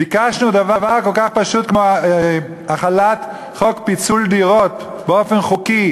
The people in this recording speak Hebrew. ביקשנו דבר כל כך פשוט כמו החלת חוק פיצול דירות באופן חוקי,